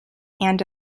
and